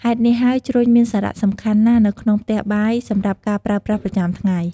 ហេតុនេះហើយ ជ្រុញមានសារៈសំខាន់ណាស់នៅក្នុងផ្ទះបាយសម្រាប់ការប្រើប្រាស់ប្រចាំថ្ងៃ។